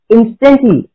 Instantly